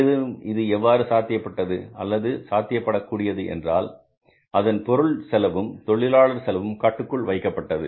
மேலும் இது எவ்வாறு சாத்தியப்பட்டது அல்லது சாத்தியப்படக் கூடியது என்றால் அதன் பொருள் செலவும் தொழிலாளர் செலவும்கட்டுக்குள் வைக்கப்பட்டது